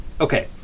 Okay